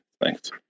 Thanks